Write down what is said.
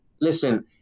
listen